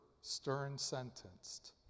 stern-sentenced